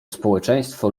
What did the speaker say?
społeczeństwo